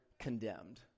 condemned